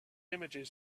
images